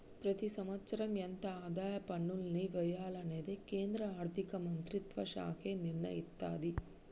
ప్రతి సంవత్సరం ఎంత ఆదాయ పన్నుల్ని వెయ్యాలనేది కేంద్ర ఆర్ధిక మంత్రిత్వ శాఖే నిర్ణయిత్తది